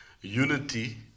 unity